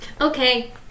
Okay